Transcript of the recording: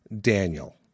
Daniel